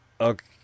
okay